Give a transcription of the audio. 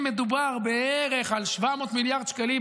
אם מדובר בערך על 700 מיליארד שקלים,